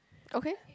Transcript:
okay